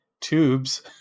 tubes